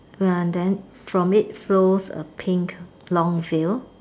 ya then from it flows a pink long veil